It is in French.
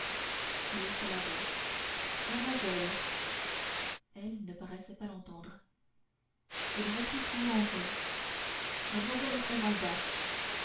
il haussa la voix mademoiselle elle ne paraissait pas l'entendre il reprit plus haut encore mademoiselle esmeralda